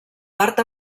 part